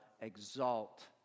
exalt